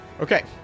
Okay